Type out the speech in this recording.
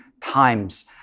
times